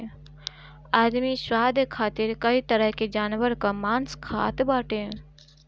आदमी स्वाद खातिर कई तरह के जानवर कअ मांस खात बाटे